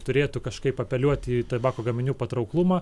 turėtų kažkaip apeliuoti į tabako gaminių patrauklumą